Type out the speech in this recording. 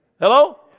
Hello